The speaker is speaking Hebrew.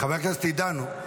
חבר הכנסת עידן,